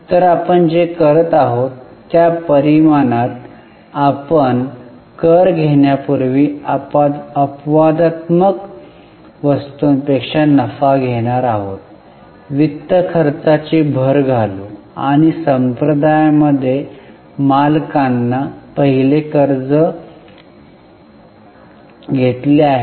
तर आपण जे करत आहोत त्या परिमाणात आपण कर घेण्यापूर्वी अपवादात्मक वस्तूंपेक्षा नफा घेणार आहोत वित्त खर्चाची भर घालू आणि संप्रदायामध्ये मालकांना पहिले कर्ज घेतले आहे